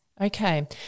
Okay